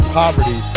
poverty